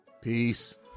Peace